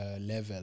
level